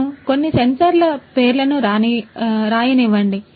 నన్ను కొన్ని సెన్సార్ల పేర్లను రాయనివ్వండి